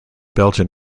belgian